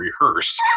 rehearse